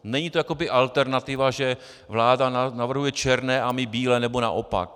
Není to jakoby alternativa, že vláda navrhuje černé a my bílé, nebo naopak.